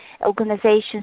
organizations